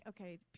okay